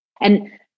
And-